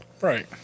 Right